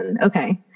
Okay